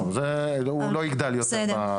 לא, הוא לא יגדל יותר בהמשך.